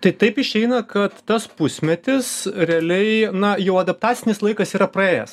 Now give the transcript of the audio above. tai taip išeina kad tas pusmetis realiai na jau adaptacinis laikas yra praėjęs